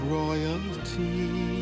royalty